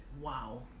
Wow